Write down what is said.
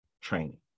training